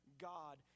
God